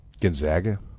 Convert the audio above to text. Gonzaga